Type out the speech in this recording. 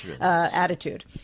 attitude